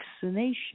vaccination